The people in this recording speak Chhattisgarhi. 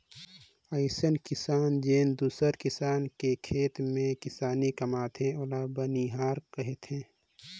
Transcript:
अइसन किसान जेन दूसर किसान के खेत में किसानी कमाथे ओला बनिहार केहथे